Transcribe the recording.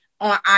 on